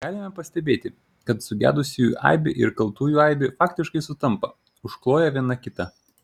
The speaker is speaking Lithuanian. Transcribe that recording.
galime pastebėti kad sugedusiųjų aibė ir kaltųjų aibė faktiškai sutampa užkloja viena kitą